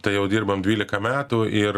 tai jau dirbam dvylika metų ir